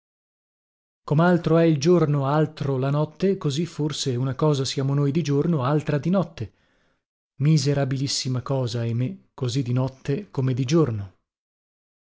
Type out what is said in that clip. giorno comaltro è il giorno altro la notte così forse una cosa siamo noi di giorno altra di notte miserabilissima cosa ahimè così di notte come di giorno